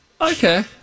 okay